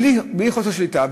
בלי יכולת שליטה,